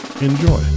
enjoy